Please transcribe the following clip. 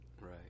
Right